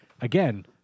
Again